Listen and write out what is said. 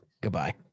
Goodbye